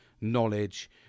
knowledge